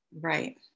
Right